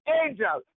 angel